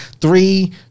Three